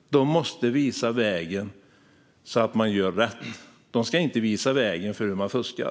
De måste visa vägen för hur man gör rätt, inte för hur man fuskar.